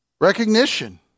recognition